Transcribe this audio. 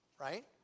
right